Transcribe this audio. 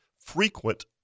frequent